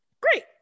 Great